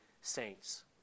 saints